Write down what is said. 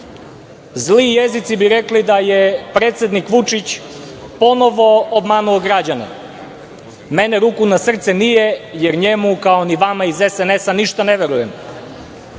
jezici bi rekli da je predsednik Vučić ponovo obmanuo građane, mene ruku na srce nije, jer njemu, kao i vama iz SNS-a ništa ne verujem. Nije